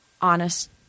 honest